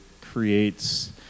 creates